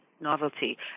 novelty